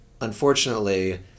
unfortunately